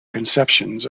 conceptions